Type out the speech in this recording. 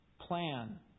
plan